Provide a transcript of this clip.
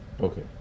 okay